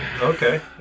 Okay